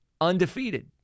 undefeated